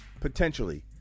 potentially